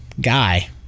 guy